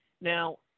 Now